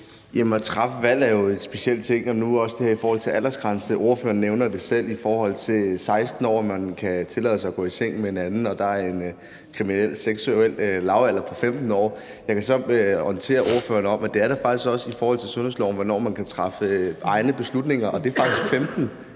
At træffe valg er jo en speciel ting. I forhold til det med aldersgrænse nævner ordføreren selv 16 år. Man kan tillade sig at gå i seng med en anden, og der er en kriminel og seksuel lavalder på 15 år. Jeg kan så orientere ordføreren om, at der faktisk også i sundhedsloven er en aldersgrænse for, hvornår man kan træffe egne beslutninger, og det er faktisk 15